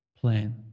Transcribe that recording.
plan